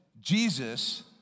Jesus